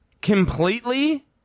completely